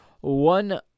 One